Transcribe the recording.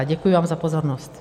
Děkuji vám za pozornost.